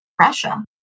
Russia